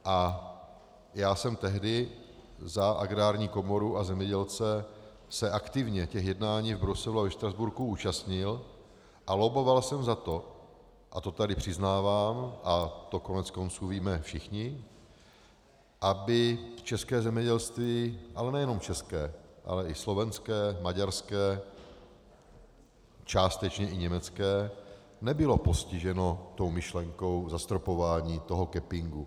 A já jsem se tehdy za agrární komoru a zemědělce aktivně těch jednání v Bruselu a ve Štrasburku účastnil a lobboval jsem za to, a to tady přiznávám a to koneckonců víme všichni, aby české zemědělství, ale nejenom české, ale i slovenské, maďarské, částečně i německé nebylo postiženo myšlenkou zastropování, toho cappingu.